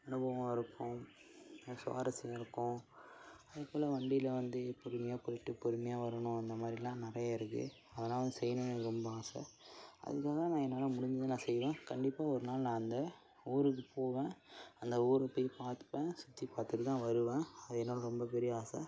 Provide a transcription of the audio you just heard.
அனுபவம் இருக்கும் சுவாரஸ்யம் இருக்கும் இப்போல்லாம் வண்டியில் வந்து பொறுமையாக போய்விட்டு பொறுமையா வரணும் அந்தமாதிரிலாம் நிறைய இருக்குது அதெலாம் வந்து செய்யணுன்னு எனக்கு ரொம்ப ஆசை அதுக்கு தகுந்த மாதிரி நான் என்னால் முடிஞ்சதை நான் செய்வேன் கண்டிப்பாக ஒரு நாள் நான் அந்த ஊருக்கு போவேன் அந்த ஊரை போய் பார்த்துப்பேன் சுற்றிப் பார்த்துட்டு தான் வருவேன் அது என்னோடய ரொம்ப பெரிய ஆசை